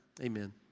amen